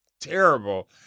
terrible